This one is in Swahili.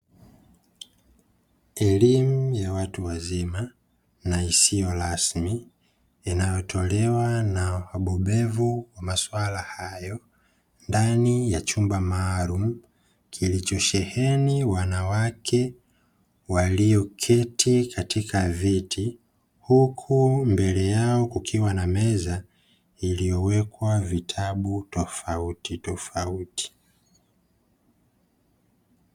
Elimu ya watu wazima na isiyo rasmi inayotolewa na wabobevu wa maswala hayo ndani ya chumba maalumu, kilichosheheni wanawake walioketi katika viti huku mbele yao kukiwa na meza iliyowekwa vitabu tofautitofauti.